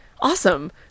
awesome